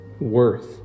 worth